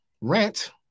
rent